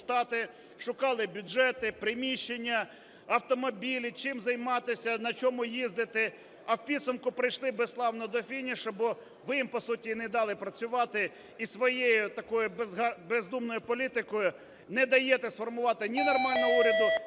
шукали бюджети, приміщення, автомобілі, чим займатися, на чому їздити, а в підсумку прийшли безславно до фінішу, бо ви їм по суті не дали працювати. І своєю такою бездумною політикою не даєте сформувати ні нормального уряду,